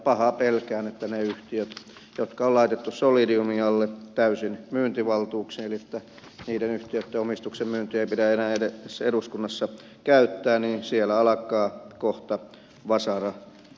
pahaa pelkään että niiden yhtiöiden jotka on laitettu solidiumin alle täysin myyntivaltuuksin omistuksen myyntiä ei pidä enää eduskunnassa käyttää siellä alkaa kohta vasara heilumaan